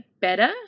better